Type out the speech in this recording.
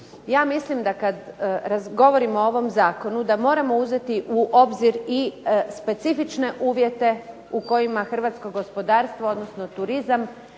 Ja mislim da kad govorimo o ovom zakonu da moramo uzeti u obzir i specifične uvjete u kojima hrvatsko gospodarstvo, odnosno turizam,